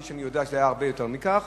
וכפי שאני יודע זה היה הרבה יותר מכך,